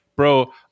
Bro